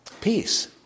Peace